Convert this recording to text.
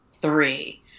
Three